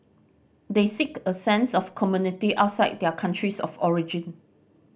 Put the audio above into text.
they seek a sense of community outside their countries of origin